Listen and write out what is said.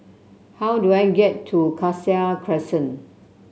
how do I get to Cassia Crescent